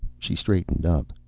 she straightened up.